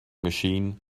machine